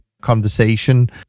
conversation